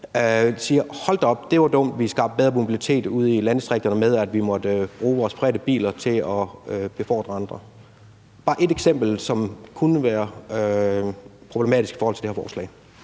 sige: Hold da op, det var dumt, at vi skabte bedre mobilitet ude i landdistrikterne, ved at vi måtte bruge vores private bil til at befordre andre. Kan ordføreren give bare ét eksempel på, at det kunne blive problematisk i forhold til det her forslag?